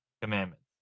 commandments